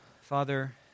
Father